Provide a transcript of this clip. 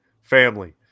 family